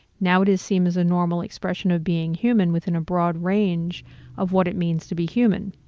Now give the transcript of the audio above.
now it is seen as a normal expression of being human within a broad range of what it means to be human.